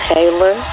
Taylor